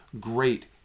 great